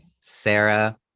Sarah